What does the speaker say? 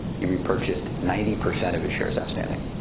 he repurchased ninety percent of his shares outstanding.